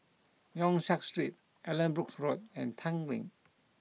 Yong Siak Street Allanbrooke Road and Tanglin